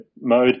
mode